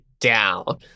down